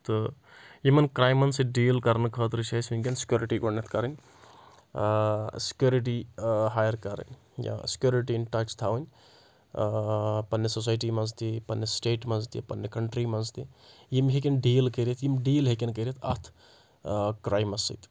تہٕ یِمن کرٛایمَن سۭتۍ ڈیٖل کرنہٕ خٲطرٕ چھِ اَسہِ وٕنکؠن سِکِیورِٹی گۄڈٕنیٚتھ کَرٕنۍ سِکیورِٹی ہایَر کَرٕنۍ یا سِکیورِٹی اِن ٹچ تھاوٕنۍ پَننہِ سوسَایِٹی منٛز تہِ پَننہِ سٹیٹہِ منٛز تہِ پَننہِ کَنٹری منٛز تہِ یِم ہیٚکؠن ڈیٖل کٔرِتھ یِم ڈیٖل ہیٚکؠن کٔرِتھ اَتھ کرٛایمَس سۭتۍ